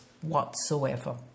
whatsoever